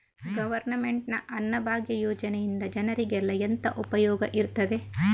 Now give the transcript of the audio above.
Government ನ ಅನ್ನಭಾಗ್ಯ ಯೋಜನೆಯಿಂದ ಜನರಿಗೆಲ್ಲ ಎಂತ ಉಪಯೋಗ ಇರ್ತದೆ?